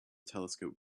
telescope